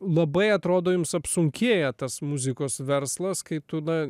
labai atrodo jums apsunkėja tas muzikos verslas kai tu na